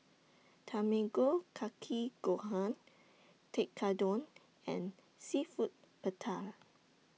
Tamago Kake Gohan Tekkadon and Seafood